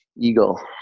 Eagle